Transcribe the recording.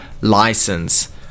license